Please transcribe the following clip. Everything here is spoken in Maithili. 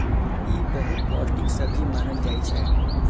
ई बहुत पौष्टिक सब्जी मानल जाइ छै